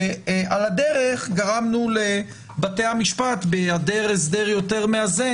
ועל הדרך גרמנו לבתי המשפט בהיעדר הסדר יותר מאזן,